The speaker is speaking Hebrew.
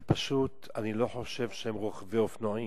זה פשוט, אני לא חושב שהם רוכבי אופנועים,